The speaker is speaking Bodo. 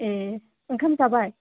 ए ओंखाम जाबाय